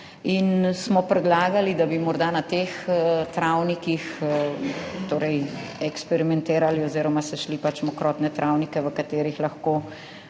in smo predlagali, da bi morda na teh travnikih torej eksperimentirali oziroma se šli pač mokrotne travnike, v katerih lahko